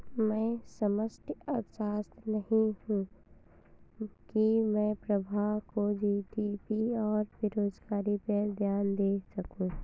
मैं समष्टि अर्थशास्त्री नहीं हूं की मैं प्रभा को जी.डी.पी और बेरोजगारी पर ज्ञान दे सकूं